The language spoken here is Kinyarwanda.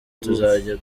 tuzajya